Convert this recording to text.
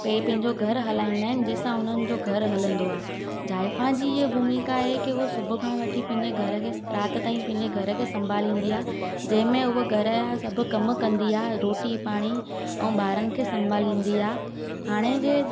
पे पंहिंजो घर हलाईंदा आहिनि जंहिंसां हुननि जो घरु हलंदो आहे ज़ाइफ़ां जी इअ भूमिका आहे कि उहो सुबुह खां वठी पंहिंजे घर खे राति ताईं पंहिंजे घर खे सम्भालींदी आहे जंहिंमें उहा घर जा सब कम कंदी आहे रोटी पाणी ऐं ॿारनि खे सम्भालींदी आहे हाणे जे